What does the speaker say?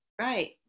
right